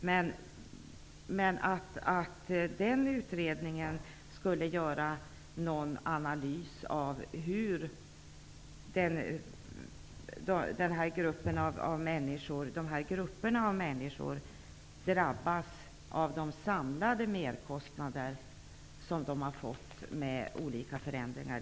Men det finns ingenting om att den utredningen skulle göra någon analys av hur de här grupperna av människor drabbats av de samlade merkostnader som de har fått med olika förändringar.